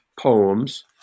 poems